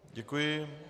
Děkuji.